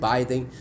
Biden